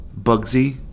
Bugsy